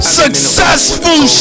successful